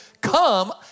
Come